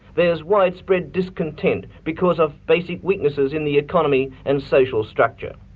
there is widespread discontent because of basic weaknesses in the economy and social structure.